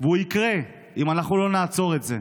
והוא יקרה אם אנחנו לא נעצור את זה.